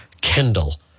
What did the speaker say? Kendall